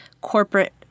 corporate